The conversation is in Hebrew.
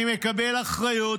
אני מקבל אחריות.